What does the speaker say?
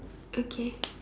okay